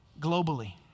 globally